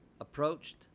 Approached